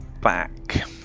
back